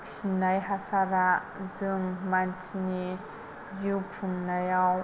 खिनाय हासारा जों मानसिनि जिउ खुंनायाव